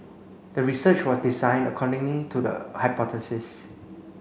the research was designed accordingly to the hypothesis